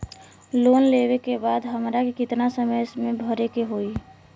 Loan लेवे के बाद हमरा के कितना समय मे भरे के होई?